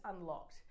unlocked